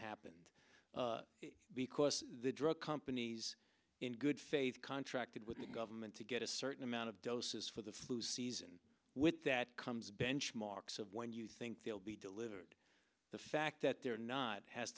happened because the drug companies in good faith contracted with the government to get a certain amount of doses for the flu season with that comes benchmarks of when you think they'll be delivered the fact that they're not has